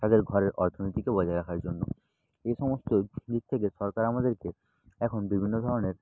তাদের ঘরের অর্থনীতিকে বজায় রাখার জন্য এ সমস্ত দিক থেকে সরকার আমাদেরকে এখন বিভিন্ন ধরনের